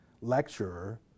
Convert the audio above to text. lecturer